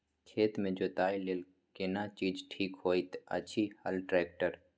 खेत के जोतय लेल केना चीज ठीक होयत अछि, हल, ट्रैक्टर?